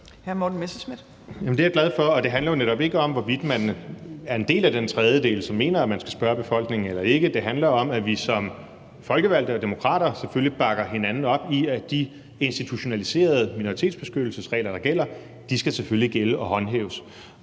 det handler jo netop ikke om, hvorvidt man er en del af den tredjedel, som mener, at man skal spørge befolkningen, eller ikke. Det handler om, at vi som folkevalgte og som demokrater selvfølgelig bakker hinanden op i, at de institutionaliserede minoritetsbeskyttelsesregler, der gælder, selvfølgelig skal gælde og skal håndhæves.